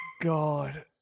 God